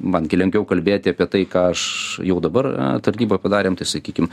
man gi lengviau kalbėti apie tai ką aš jau dabar na tarnyboj padarėm tai sakykim